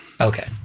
Okay